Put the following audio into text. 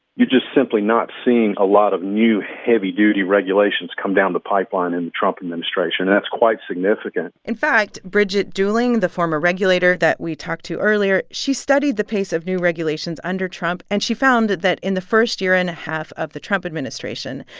you're just simply not seeing a lot of new heavy-duty regulations come down the pipeline in the trump administration. and that's quite significant in fact, bridget dooling, the former regulator that we talked to earlier she studied the pace of new regulations under trump. and she found that that in the first year and a half of the trump administration,